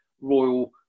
royal